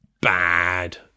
bad